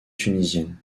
tunisienne